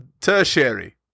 tertiary